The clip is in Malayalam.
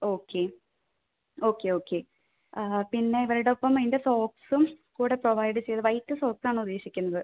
ഓക്കേ ഓക്കേ ഓക്കേ പിന്നെ ഇവരുടെ ഒപ്പം അതിൻ്റെ സോക്സും കൂടെ പ്രൊവൈഡ് ചെയ്ത് വൈറ്റ് സോക്സ് ആണ് ഉദ്ദേശിക്കുന്നത്